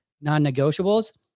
non-negotiables